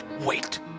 Wait